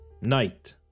night